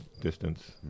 distance